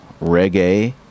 reggae